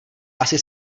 asi